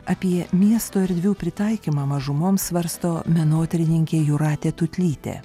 apie miesto erdvių pritaikymą mažumoms svarsto menotyrininkė jūratė tutlytė